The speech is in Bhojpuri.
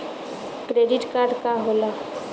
क्रेडिट कार्ड का होला?